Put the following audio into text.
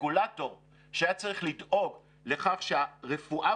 הרגולטור שהיה צריך לדאוג לכך שהרפואה